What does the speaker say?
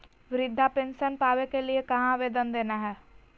वृद्धा पेंसन पावे के लिए कहा आवेदन देना है?